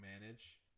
manage